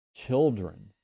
children